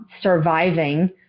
surviving